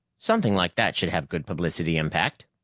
something like that should have good publicity impact.